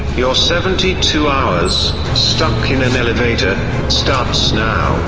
your seventy two hours stuck in an elevator starts now.